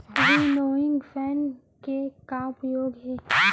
Winnowing fan के का उपयोग हे?